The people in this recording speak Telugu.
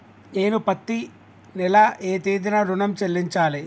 నేను పత్తి నెల ఏ తేదీనా ఋణం చెల్లించాలి?